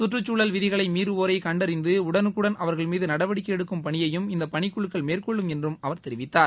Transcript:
கற்றுக்சூழல் விதிகளை மீறுவோரை கண்டறிந்து உடனுக்குடன் அவர்கள் மீது நடவடிக்கை எடுக்கும் பணியையும் இந்த பணிக்குழுக்கள் மேற்கொள்ளும் என்றும் அவர் தெரிவித்தார்